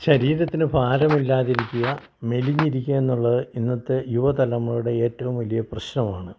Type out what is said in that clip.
ശരീരത്തിന് ഭാരം ഇല്ലാതിരിക്കുക മെലിഞ്ഞിരിക്കുക എന്നുള്ളത് ഇന്നത്തെ യുവതലമുറയുടെ ഏറ്റോം വലിയ പ്രശ്നമാണ്